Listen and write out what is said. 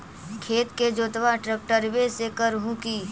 खेत के जोतबा ट्रकटर्बे से कर हू की?